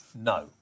no